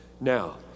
Now